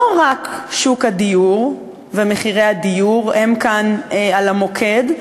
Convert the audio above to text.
לא רק שוק הדיור ומחירי הדיור הם כאן על המוקד,